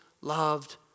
loved